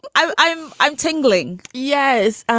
i'm i'm i'm tingling yes.